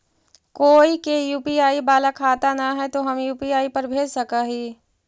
कोय के यु.पी.आई बाला खाता न है तो हम यु.पी.आई पर भेज सक ही?